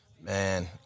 Man